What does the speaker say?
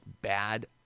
bad